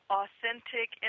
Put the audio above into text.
authentic